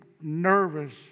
nervous